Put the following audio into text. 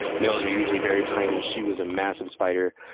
males are usually very tiny. she was a massive spider.